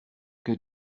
que